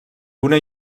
una